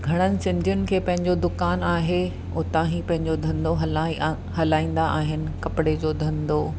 घणनि सिंधीयुनि खे पंहिंजो दुकान आहे उतां ई पंहिंजो धंदो हलाइ आ हलाईंदा आहिनि कपिड़े जो धंदो